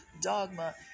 dogma